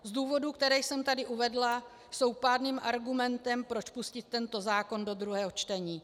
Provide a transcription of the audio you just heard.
Důvody, které jsem tady uvedla, jsou pádným argumentem, proč pustit tento zákon do druhého čtení.